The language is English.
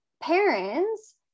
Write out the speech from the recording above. parents